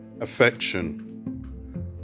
affection